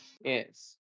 Yes